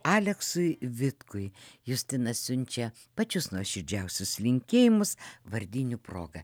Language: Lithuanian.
aleksui vitkui justina siunčia pačius nuoširdžiausius linkėjimus vardinių proga